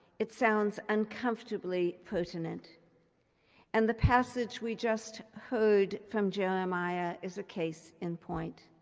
it sounds uncomfortably pertinent and the passage we just heard from jeremiah is a case in point.